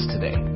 today